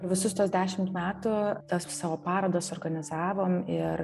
visus tuos dešimt metų tas savo parodas organizavom ir